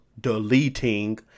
deleting